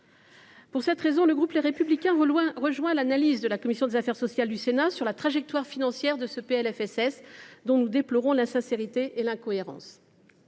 Pour cette raison, le groupe Les Républicains rejoint l’analyse de la commission des affaires sociales du Sénat sur la trajectoire financière de ce PLFSS, dont nous déplorons l’insincérité et l’incohérence.